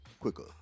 quicker